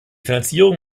finanzierung